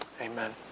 Amen